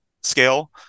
scale